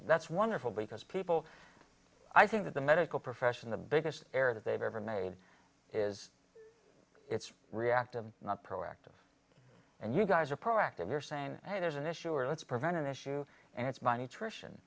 that's wonderful because people i think that the medical profession the biggest error that they've ever made is it's reactive not proactive and you guys are proactive you're saying hey there's an issue or let's prevent an issue and it's